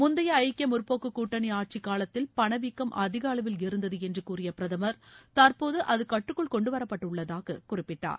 முந்தைய ஐக்கிய முற்போக்கு கூட்டணி ஆட்சி காலத்தில் பணவீக்கம் அதிக அளவில் இருந்தது என்று கூறிய பிரதமர் தற்போது அது கட்டுக்குள் கொண்டு வரப்பட்டுள்ளதாக குறிப்பிட்டார்